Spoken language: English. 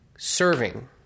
serving